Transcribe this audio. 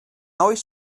oes